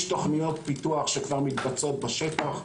יש תוכניות פיתוח שכבר מתבצעות בשטח.